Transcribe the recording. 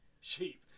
Sheep